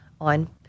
on